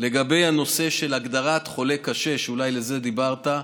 לגבי הנושא של הגדרת חולה קשה, שאולי על זה דיברת,